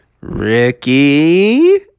Ricky